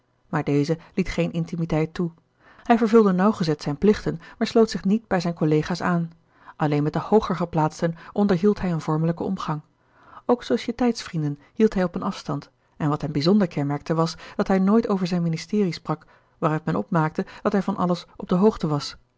maar deze liet geen intimiteit toe hij vervulde nauwgezet zijne plichten maar sloot zich niet bij zijne collega's aan alleen met de hooger geplaatsten onderhield hij een vormelijken omgang ook societeitsvrienden hield hij op een afstand en wat hem bijzonder kenmerkte was dat hij nooit over zijn ministerie sprak waaruit men opmaakte dat hij van alles op de hoogte was